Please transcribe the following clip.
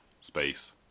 space